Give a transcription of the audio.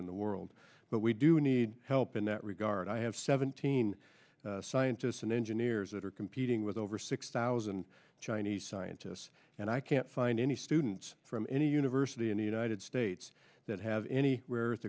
in the world but we do need help in that regard i have seventeen scientists and engineers that are competing with over six thousand chinese scientists and i can't find any students from any university in the united states that have any